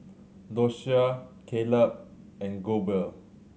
Doshia Caleb and Goebel